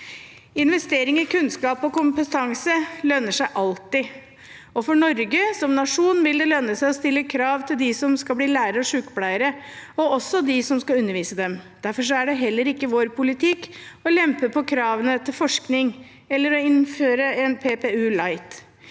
Investering i kunnskap og kompetanse lønner seg alltid, og for Norge som nasjon vil det lønne seg å stille krav til dem som skal bli lærere og sykepleiere, og også til dem som skal undervise dem. Derfor er det heller ikke vår politikk å lempe på kravene til forskning eller å innføre en PPU-«light».